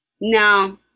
no